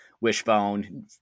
Wishbone